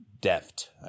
Deft